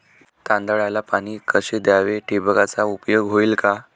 तांदळाला पाणी कसे द्यावे? ठिबकचा उपयोग होईल का?